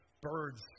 birds